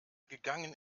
gegangen